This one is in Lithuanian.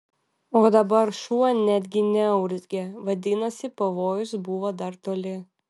o dabar šuo netgi neurzgė vadinasi pavojus buvo dar toli